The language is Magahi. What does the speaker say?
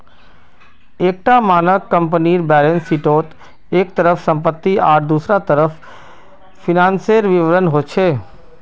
एक टा मानक कम्पनीर बैलेंस शीटोत एक तरफ सम्पति आर दुसरा तरफ फिनानासेर विवरण होचे